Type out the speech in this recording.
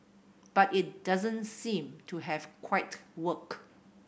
but it doesn't seem to have quite worked